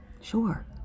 Sure